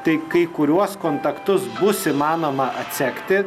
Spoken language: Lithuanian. tai kai kuriuos kontaktus bus įmanoma atsekti